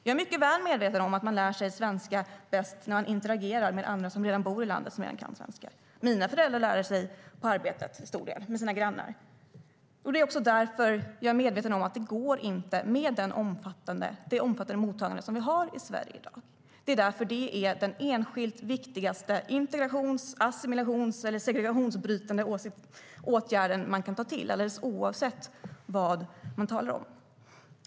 Jag är mycket väl medveten om att man lär sig svenska när man interagerar med andra som redan bor i landet och kan svenska. Mina föräldrar lärde sig på arbetet och av sina grannar. Men det går inte med det omfattande mottagande vi har i Sverige i dag. Det är därför det är den enskilt viktigaste integrationsåtgärden, assimilationsåtgärden eller segregationsbrytande åtgärden man kan ta till, alldeles oavsett vad man talar om.